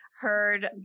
heard